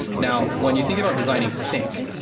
now, when you think about designing sync,